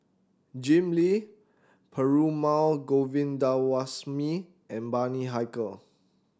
Jim Lim Perumal Govindaswamy and Bani Haykal